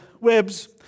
webs